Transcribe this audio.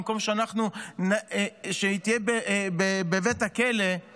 במקום שהיא תהיה בבית הכלא היא